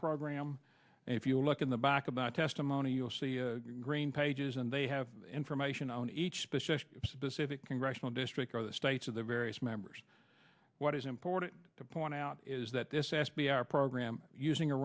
program if you look in the back of the testimony you'll see green pages and they have information on each specific congressional district or the states of the various members what is important to point out is that this s b a our program using a